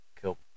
kill